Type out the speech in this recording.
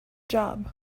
job